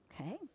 Okay